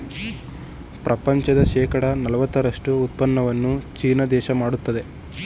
ಪ್ರಪಂಚದ ಶೇಕಡ ನಲವತ್ತರಷ್ಟು ಉತ್ಪಾದನೆಯನ್ನು ಚೀನಾ ದೇಶ ಮಾಡುತ್ತಿದೆ